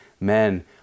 men